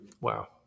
Wow